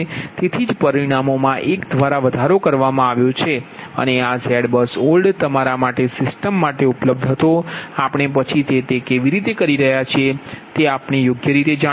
તેથી જ પરિમાણોમાં એક દ્વારા વધારો કરવામાં આવ્યો છે અને આ ZBUSOLD તમારા માટે સિસ્ટમ માટે ઉપલબ્ધ હતો આપણે પછીથી તે કેવી રીતે કરી રહ્યા છીએ તે આપણે યોગ્ય રીતે જાણીશું